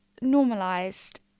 normalized